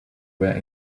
were